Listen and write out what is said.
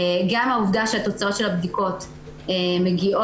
גם העובדה שהתוצאות של הבדיקות מגיעות